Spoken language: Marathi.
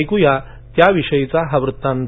ऐकूया त्याविषयीचा हा वृत्तांत